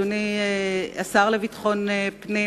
אדוני השר לביטחון פנים,